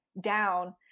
down